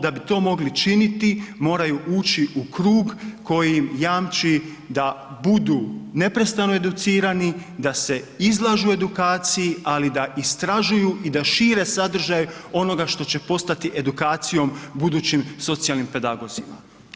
Da bi to mogli činiti moraju ući u krug koji im jamči da budu neprestano educirani, da se izlažu edukaciji ali i da istražuju i da šire sadržaj onoga što će postati edukacijom budućim socijalnim pedagozima.